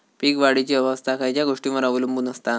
पीक वाढीची अवस्था खयच्या गोष्टींवर अवलंबून असता?